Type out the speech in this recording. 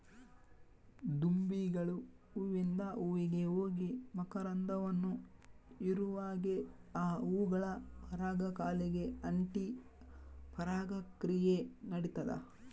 ದುಂಬಿಗಳು ಹೂವಿಂದ ಹೂವಿಗೆ ಹೋಗಿ ಮಕರಂದವನ್ನು ಹೀರುವಾಗೆ ಆ ಹೂಗಳ ಪರಾಗ ಕಾಲಿಗೆ ಅಂಟಿ ಪರಾಗ ಕ್ರಿಯೆ ನಡಿತದ